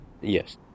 Yes